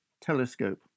telescope